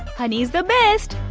honey is the best